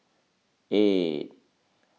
eight